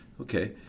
Okay